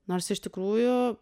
nors iš tikrųjų